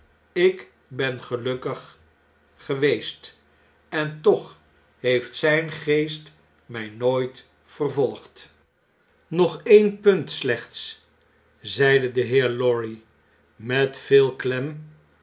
ik ben gelukkig geweest en toch heeft zgn geest mij nooit vervolgd nog een punt slechts zeide de heer lorry met veel